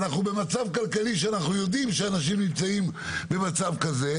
אנחנו במצב כלכלי שאנחנו יודעים שאנשים נמצאים במצב כזה,